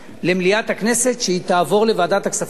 למליאת הכנסת, והיא תעבור לוועדת הכספים.